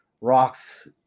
rocks